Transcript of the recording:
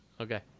Okay